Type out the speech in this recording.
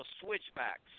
switchbacks